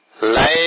Life